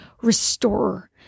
restorer